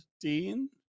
Dean